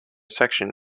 section